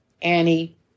Annie